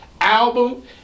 album